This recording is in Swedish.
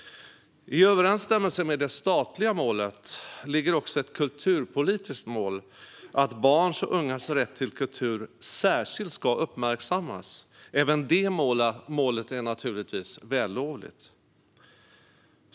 I överensstämmelse med det statliga målet ligger också ett kulturpolitiskt mål att barns och ungas rätt till kultur särskilt ska uppmärksammas. Även det målet är naturligtvis vällovligt.